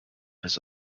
his